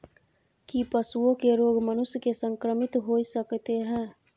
की पशुओं के रोग मनुष्य के संक्रमित होय सकते है?